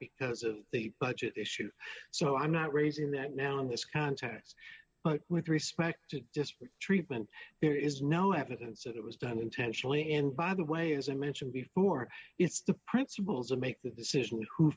because of the budget issue so i'm not raising that now in this context but with respect to disparate treatment there is no evidence that it was done intentionally and by the way as i mentioned before it's the principles and make the decision who